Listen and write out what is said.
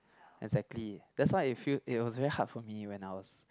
exactly that's why I feel it was very hard for me when I was